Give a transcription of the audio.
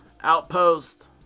Outpost